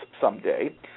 someday